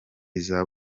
iza